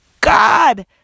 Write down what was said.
god